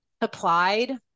applied